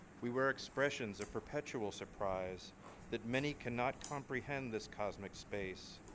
we were expressions of perpetual surprise that many cannot comprehend this cosmic space.